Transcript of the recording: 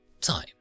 time